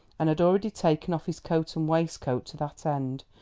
and had already taken off his coat and waistcoat to that end,